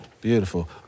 beautiful